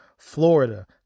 Florida